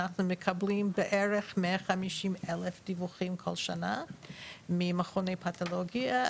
אנחנו מקבלים בערך כ-150,000 דיווחים כל שנה ממכוני פתולוגיה,